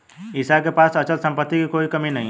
ईशा के पास अचल संपत्ति की कोई कमी नहीं है